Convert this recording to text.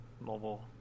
mobile